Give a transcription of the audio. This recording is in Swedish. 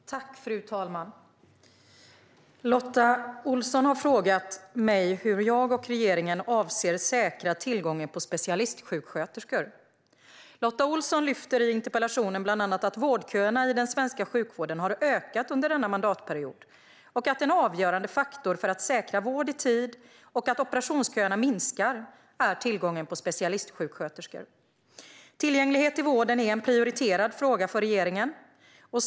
Fru talman! Lotta Olsson har frågat mig hur jag och regeringen avser att säkra tillgången på specialistsjuksköterskor. Lotta Olsson lyfter i interpellationen bland annat upp att vårdköerna i den svenska sjukvården har ökat under denna mandatperiod och att en avgörande faktor för att säkra vård i tid och att operationsköerna kortas är tillgången på specialistsjuksköterskor. Tillgänglighet i vården är en prioriterad fråga för regeringen.